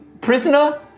prisoner